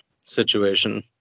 situation